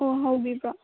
ꯑꯣ ꯍꯥꯎꯕꯤꯕ꯭ꯔꯣ